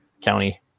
County